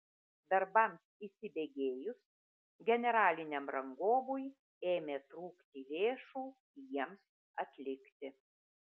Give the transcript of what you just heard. darbams įsibėgėjus generaliniam rangovui ėmė trūkti lėšų jiems atlikti